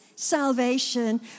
salvation